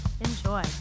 Enjoy